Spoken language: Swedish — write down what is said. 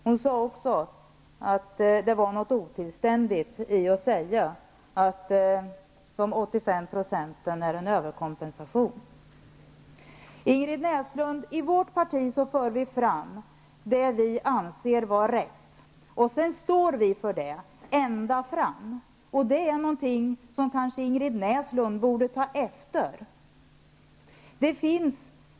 Hon sade också att det var något otillständigt i att säga att dessa 85 % är en överkompensation. Ingrid Näslund, i vårt parti för vi fram det vi anser vara rätt. Sedan står vi för det ända fram. Det är kanske någonting som Ingrid Näslund borde ta efter.